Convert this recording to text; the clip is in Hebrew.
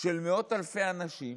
של מאות אלפי אנשים